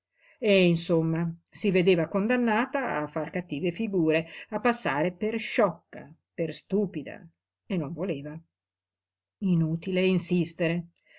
e insomma si vedeva condannata a far cattive figure a passare per sciocca per stupida e non voleva inutile insistere